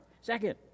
Second